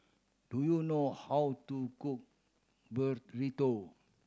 do you know how to cook Burrito